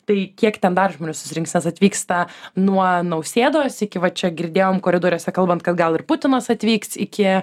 tai kiek ten dar žmonių susirinks nes atvyksta nuo nausėdos iki va čia girdėjome koridoriuose kalbant kad gal ir putinas atvyks iki